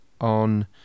on